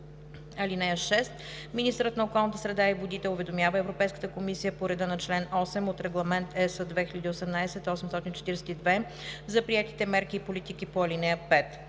(6) Министърът на околната среда и водите уведомява Европейската комисия по реда на чл. 8 от Регламент (ЕС) 2018/842 за приетите мерки и политики по ал. 5.